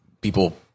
people